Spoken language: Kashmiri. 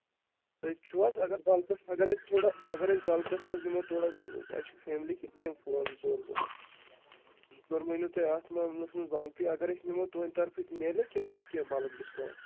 تٔتۍ چھُو حظ اَگر بَلکَس اَگر أسۍ تھوڑا اَگر أسۍ بَلکَس منٛز نِمو تھوڑا اَسہِ چھِ فیملی کِتھ یِم فون زٕ ژور ضوٚرَتھ گۄڈٕ ؤنِو تُہۍ اَتھ معاملَس منٛز بَلکٕے اگر أسۍ نِمو تُہٕنٛدۍ طرفہٕ میلہِ کیٚنہہ تَتھ کینٛہہ بَلٕک ڈِسکاوُنٛٹ